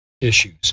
issues